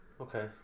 Okay